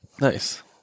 Nice